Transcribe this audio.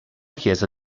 chiesa